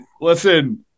Listen